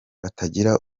batagira